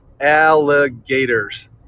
alligators